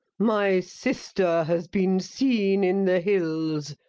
my sister has been seen in the hills,